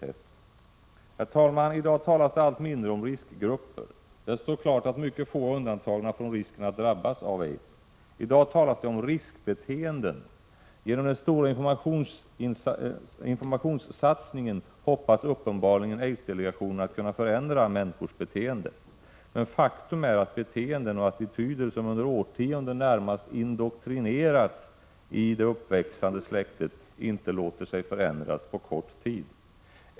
Herr talman! I dag talas det allt mindre om riskgrupper. Det står klart att mycket få är undantagna från risken att drabbas av aids. I dag talas det om riskbeteenden. Genom den stora informationssatsningen hoppas uppenbarligen aidsdelegationen kunna förändra människors beteende. Men faktum är att beteenden och attityder som det uppväxande släktet under årtionden närmast indoktrinerats med inte låter sig förändras på kort tid.